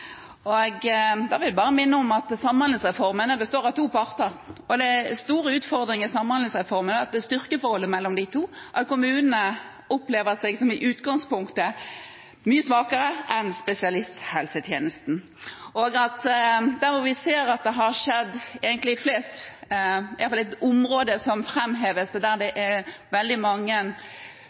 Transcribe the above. Da vil jeg bare minne om at samhandlingsreformen består av to parter, og en stor utfordring med samhandlingsformen er styrkeforholdet mellom de to, at kommunene opplever seg som i utgangspunktet mye svakere enn spesialisthelsetjenesten. Et område som utpeker seg der det er veldig mange feil og uønskede hendelser og stor risiko for at kvaliteten ikke holder mål, det er når man har kommunikasjon på tvers av forvaltningsnivåene. Der er